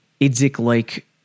Idzik-like